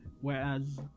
whereas